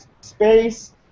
space